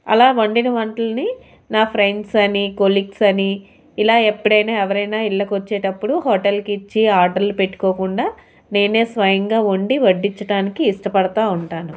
అలా వండిన వంటలని నా ఫ్రెండ్స్ అని కొలిగ్స్ అని ఇలా ఎప్పుడైనా ఎవరైనా ఇళ్ళకి వచ్చేటప్పుడు హోటల్కి ఇచ్చి ఆర్డర్లు పెట్టుకోకుండా నేనే స్వయంగా వండి వడ్డించడానికి ఇష్టపడుతూ ఉంటాను